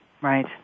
Right